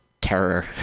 terror